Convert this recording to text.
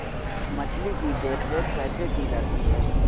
मछली की देखरेख कैसे की जाती है?